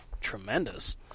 tremendous